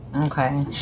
okay